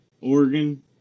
Oregon